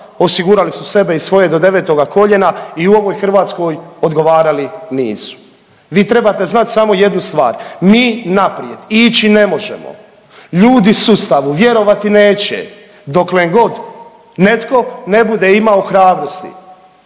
Osigurali su sebe i svoje do devetoga koljena i u ovoj Hrvatskoj odgovarali nisu. Vi trebate znati samo jednu stvar mi naprijed ići ne možemo. Ljudi sustavu vjerovati neće dokle god netko ne bude imao hrabrosti